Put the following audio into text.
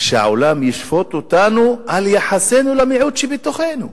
והעולם ישפוט אותנו על יחסנו למיעוט שבתוכנו.